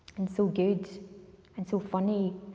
and so good and so funny.